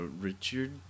Richard